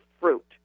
fruit